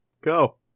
go